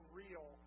real